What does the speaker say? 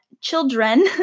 children